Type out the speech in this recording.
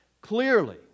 Clearly